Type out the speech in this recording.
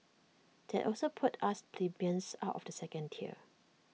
that also puts us plebeians out of the second tier